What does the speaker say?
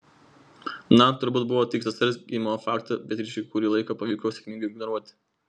na turbūt buvo tik sesers gimimo faktą beatričei kurį laiką pavyko sėkmingai ignoruoti